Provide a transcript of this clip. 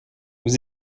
vous